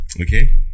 okay